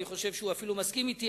אני חושב שהוא אפילו מסכים אתי,